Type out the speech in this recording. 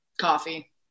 Coffee